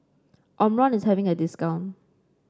Omron is having a discount